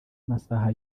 amasaha